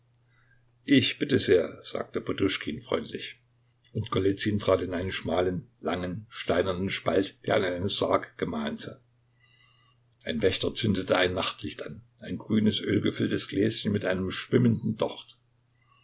ich bitte sehr sagte poduschkin freundlich und golizyn trat in einen schmalen langen steinernen spalt der an einen sarg gemahnte ein wächter zündete ein nachtlicht an ein grünes ölgefülltes gläschen mit einem schwimmenden docht